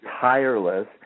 tireless